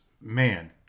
man